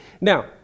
Now